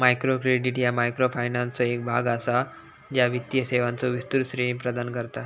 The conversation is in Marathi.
मायक्रो क्रेडिट ह्या मायक्रोफायनान्सचो एक भाग असा, ज्या वित्तीय सेवांचो विस्तृत श्रेणी प्रदान करता